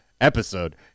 episode